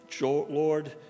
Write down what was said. Lord